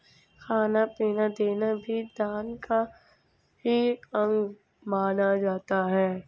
खाना पीना देना भी दान का ही अंग माना जाता है